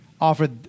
offered